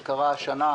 זה קרה השנה,